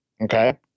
Okay